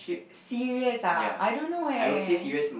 serious ah I don't know eh